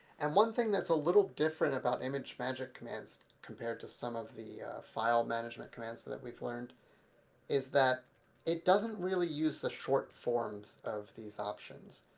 and one thing that's a little different about imagemagick commands commands compared to some of the file management commands that we've learned is that it doesn't really use the short forms of these options.